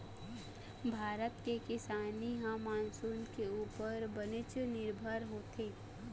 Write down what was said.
भारत के किसानी ह मानसून के उप्पर बनेच निरभर होथे